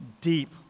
deep